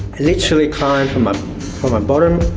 literally climb from ah ah my bottom,